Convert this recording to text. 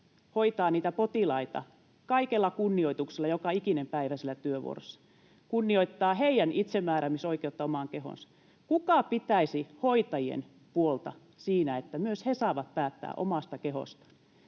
hoitavat niitä potilaita kaikella kunnioituksella joka ikinen päivä siellä työvuorossa, kunnioittavat heidän itsemääräämisoikeuttaan omaan kehoonsa. Kuka pitäisi hoitajien puolta siinä, että myös he saavat päättää omasta kehostaan?